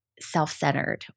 self-centered